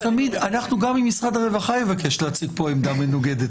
גם אם משרד הרווחה יבקש להציג כאן עמדה מנוגדת,